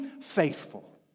faithful